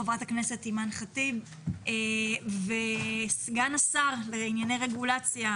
חברת הכנסת אימאן ח'טיב וסגן השר לענייני רגולציה,